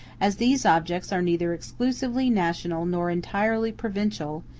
as these objects are neither exclusively national nor entirely provincial,